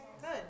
good